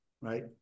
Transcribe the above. right